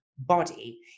body